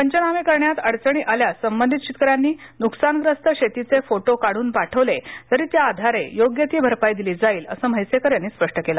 पंचनामे करण्यात अडचणी आल्यास संबंधित शेतकऱ्यांनी नुकसानग्रस्त शेतीचे फोटो काढून पाठवले तरी त्या आधारे योग्य ती भरपाई दिली जाईल अस म्हैसेकर यांनी स्पष्ट केलं